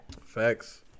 Facts